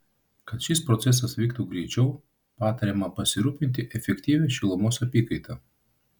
kad šis procesas vyktų greičiau patariama pasirūpinti efektyvia šilumos apykaita